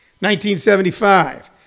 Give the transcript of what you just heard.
1975